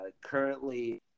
currently